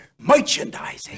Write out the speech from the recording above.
Merchandising